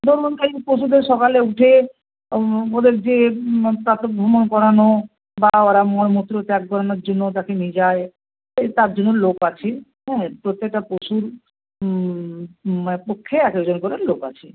ধরুন এই পশুদের সকালে উঠে ওদের যে প্রাতঃভ্রমণ করানো বা ওরা মলমূত্র ত্যাগ করানোর জন্য যাতে নি যায় হয় এই তার জন্য লোক আছে হ্যাঁ প্রত্যেকটা পশুর মানে পক্ষে এক এক জন করে লোক আছে